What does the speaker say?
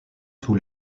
tout